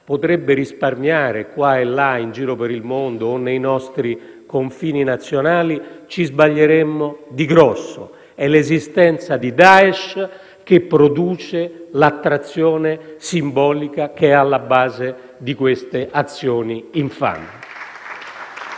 potrebbe risparmiare qua e là, in giro per il mondo, o nei nostri confini nazionali, ci sbaglieremmo di grosso, perché è l'esistenza di Daesh che produce l'attrazione simbolica che è alla base di queste azioni infami.